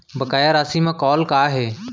बकाया राशि मा कॉल का हे?